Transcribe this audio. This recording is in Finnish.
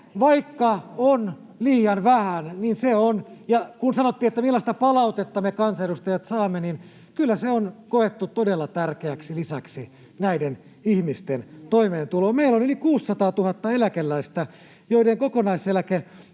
Vaikka se on liian vähän, niin kyllä se on. Ja kun sanottiin, että millaista palautetta me kansanedustajat saamme, niin kyllä se on koettu todella tärkeäksi lisäksi näiden ihmisten toimeentuloon. Meillä on yli 600 000 eläkeläistä, joiden kokonaiseläke